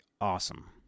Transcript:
awesome